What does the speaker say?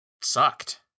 sucked